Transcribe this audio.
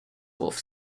worth